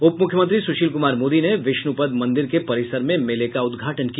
उपमुख्यमंत्री सुशील कुमार मोदी ने विष्णुपद मंदिर के परिसर में मेले का उद्घाटन किया